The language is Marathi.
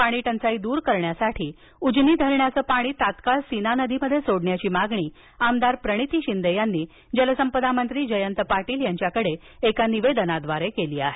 पाणी टंचाई दूर करण्यासाठी उजनी धरणाचं पाणी तात्काळ सीना नदीत सोडण्याधी मागणी आमदार प्रणिती शिंदे यांनी जलसंपदा मंत्री जयंत पाटील यांच्याकडे एका निवेदना द्वारे केली आहे